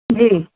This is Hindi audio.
जी